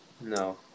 No